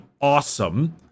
awesome